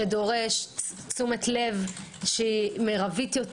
שדורש תשומת לב שהיא מרבית,